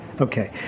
Okay